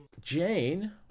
Jane